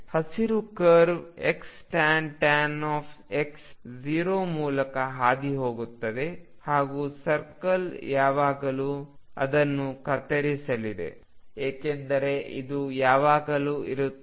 ಹಸಿರು curve xtan x 0 ಮೂಲಕ ಹಾದುಹೋಗುತ್ತದೆ ಮತ್ತು ಸರ್ಕಲ್ ಯಾವಾಗಲೂ ಅದನ್ನು ಕತ್ತರಿಸಲಿದೆ ಏಕೆಂದರೆ ಇದು ಯಾವಾಗಲೂ ಇರುತ್ತದೆ